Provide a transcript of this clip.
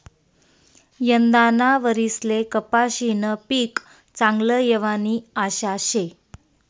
यंदाना वरीसले कपाशीनं पीक चांगलं येवानी आशा शे